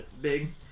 big